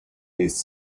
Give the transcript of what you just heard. his